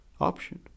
option